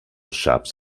shops